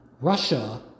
Russia